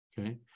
okay